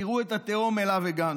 ותראו את התהום שאליה הגענו.